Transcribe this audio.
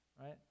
right